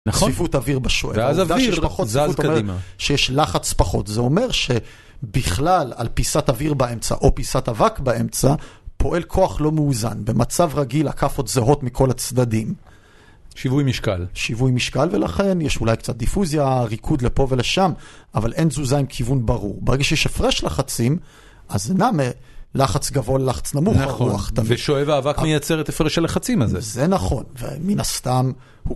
צפיפוות אוויר בשואב, העובדה שיש פחות סביבות, זאת אומרת שיש לחץ פחות. זה אומר שבכלל על פיסת אוויר באמצע או פיסת אבק באמצע, פועל כוח לא מאוזן, במצב רגיל עקפות זהות מכל הצדדים, שיווי משקל. שיווי משקל ולכן יש אולי קצת דיפוזיה, ריקוד לפה ולשם, אבל אין תזוזה עם כיוון ברור. ברגע שיש הפרש לחצים, אז הינם לחץ גבוה, לחץ נמוך של הרוח. נכון, ושואב האבק מייצר את הפרש הלחצים הזה. זה נכון, ומן הסתם,